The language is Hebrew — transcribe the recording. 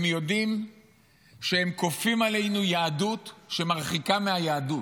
הם יודעים שהם כופים עלינו יהדות שמרחיקה מהיהדות,